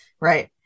right